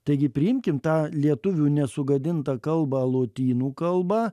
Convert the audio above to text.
taigi priimkim tą lietuvių nesugadintą kalba lotynų kalba